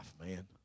man